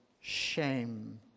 shame